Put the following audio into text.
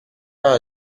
pas